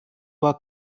war